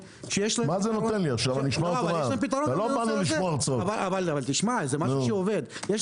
זה משהו שעובד.